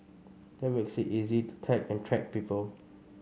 that makes it easy to tag and track people